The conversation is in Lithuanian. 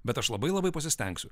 bet aš labai labai pasistengsiu